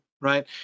right